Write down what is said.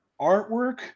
artwork